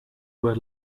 were